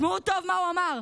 תשמעו טוב מה הוא אמר: